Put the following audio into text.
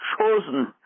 chosen